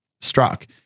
struck